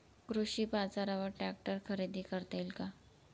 कृषी बाजारवर ट्रॅक्टर खरेदी करता येईल का?